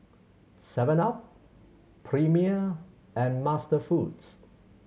seven up Premier and MasterFoods